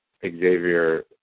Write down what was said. Xavier